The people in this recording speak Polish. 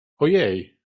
ojej